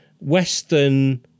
Western